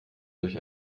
durch